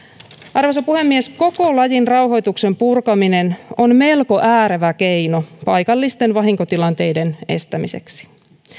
arvoisa puhemies koko lajin rauhoituksen purkaminen on melko äärevä keino paikallisten vahinkotilanteiden estämiseksi